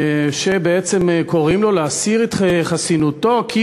שבעצם קוראים לו להסיר את חסינותו כי